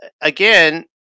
again